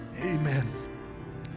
Amen